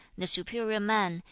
the superior man,